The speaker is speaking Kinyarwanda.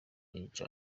yica